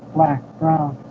black, brown